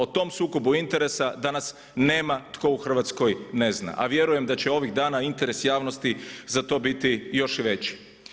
O tom sukobu interesa danas nema tko u Hrvatskoj ne zna a vjerujem da će ovih dana interes javnosti za to biti još i veći.